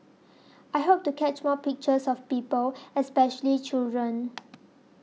I hope to catch more pictures of people especially children